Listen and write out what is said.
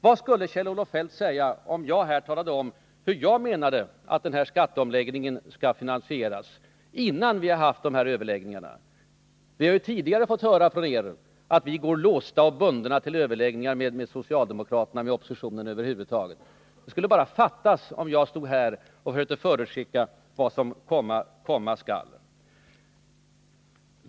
Vad skulle Kjell-Olof Feldt säga om jag här, innan vi har haft dessa överläggningar, talade om hur jag menar att skatteomläggningen skall finansieras? Vi har tidigare från er fått höra att vi går låsta och bundna till överläggningarna med socialdemokraterna, ja oppositionen över huvud taget. Det skulle bara fattas att jag stod här och försökte förutskicka vad som komma skall.